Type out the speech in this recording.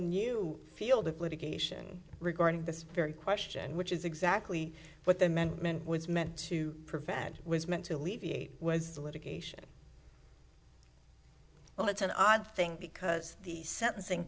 new field of litigation regarding this very question which is exactly what the amendment was meant to prevent was meant to alleviate was litigation well it's an odd thing because the sentencing